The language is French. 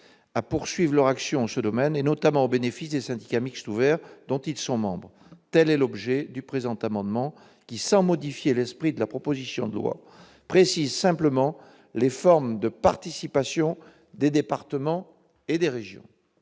de poursuivre leur action dans ce domaine, notamment au bénéfice des syndicats mixtes ouverts dont ils sont membres. Tel est l'objet du présent amendement : sans modifier l'esprit de la proposition de loi, il tend simplement à préciser les formes de participation des départements et des régions.